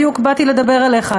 בדיוק באתי לדבר עליך,